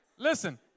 Listen